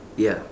ya